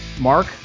mark